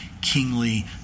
kingly